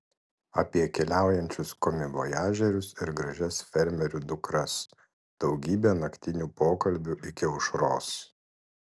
apie keliaujančius komivojažierius ir gražias fermerių dukras daugybė naktinių pokalbių iki aušros